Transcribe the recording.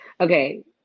Okay